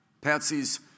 Patsy's